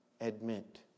admit